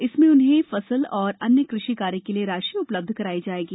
इसमें उन्हें फसल और अन्य कृषि कार्य के लिए राशि उपलब्ध कराई जायेगी